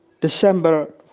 December